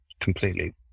completely